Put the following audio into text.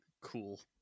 Cool